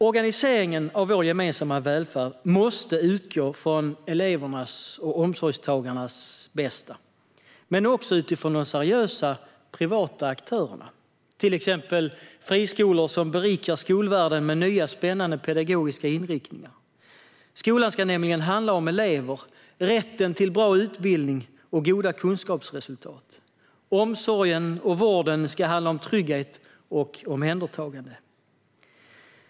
Organiseringen av vår gemensamma välfärd måste utgå från elevernas och omsorgstagarnas bästa men också från de seriösa privata aktörerna, till exempel friskolor som berikar skolvärlden med nya spännande pedagogiska inriktningar. Skolan ska handla om elever, rätten till en bra utbildning och goda kunskapsresultat. Omsorgen och vården ska handla om trygghet och omhändertagande.